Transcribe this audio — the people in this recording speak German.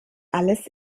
alles